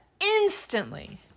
instantly